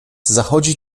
zachodzi